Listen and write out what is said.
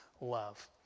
love